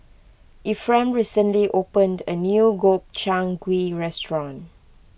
Efrem recently opened a new Gobchang Gui restaurant